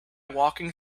walking